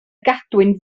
gadwyn